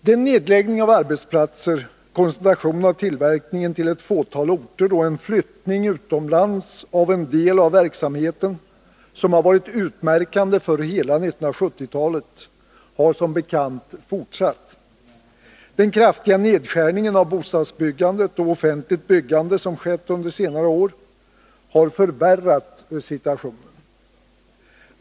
Den nedläggning av arbetsplatser, koncentration av tillverkningen till ett fåtal orter och flyttning utomlands av en del av verksamheten som varit utmärkande drag för hela 1970-talet har som bekant fortsatt. Den kraftiga nedskärningen av bostadsbyggandet och offentligt byggande som skett under senare år har förvärrat situationen.